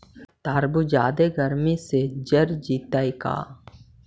तारबुज जादे गर्मी से जर जितै का?